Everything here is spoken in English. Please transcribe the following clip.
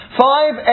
Five